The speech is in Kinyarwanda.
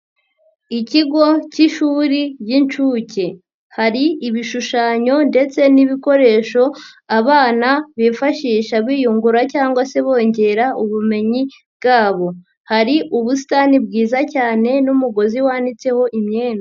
Ikigo cy'ishuri ry'inshuke. Hari ibishushanyo ndetse n'ibikoresho abana bifashisha biyungura cyangwa se bongera ubumenyi bwabo. Hari ubusitani bwiza cyane n'umugozi wanitseho imyenda.